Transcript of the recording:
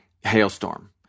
hailstorm